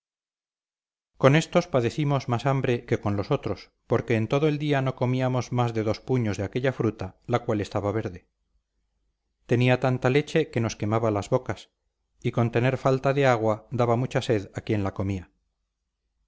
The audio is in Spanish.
con éstos padecimos más hambre que con los otros porque en todo el día no comíamos más de dos puños de aquella fruta la cual estaba verde tenía tanta leche que nos quemaba las bocas y con tener falta de agua daba mucha sed a quien la comía